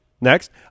Next